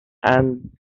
and